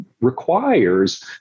requires